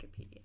wikipedia